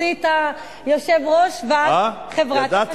הוא הוציא את יושב-ראש ועד חברת החשמל.